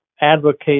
advocate